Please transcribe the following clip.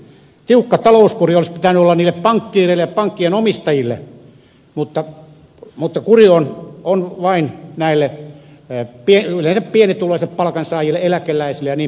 tiukka talouskuri olisi pitänyt olla niille pankkiireille ja pankkien omistajille mutta kuri on vain yleensä pienituloisille palkansaajille eläkeläisille jnp